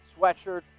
sweatshirts